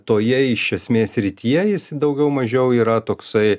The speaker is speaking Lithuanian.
toje iš esmės srityje jis daugiau mažiau yra toksai